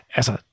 Altså